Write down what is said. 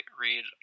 read